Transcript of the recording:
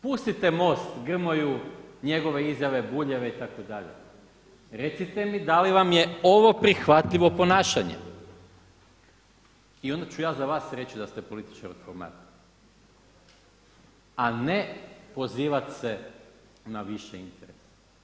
Pustite MOST, Grmoju, njegove izjave, Buljeve itd. recite mi da li vam je ovo prihvatljivo ponašanje i onda ću ja za vas reći da ste političar od formata, a ne poziva se na više interese.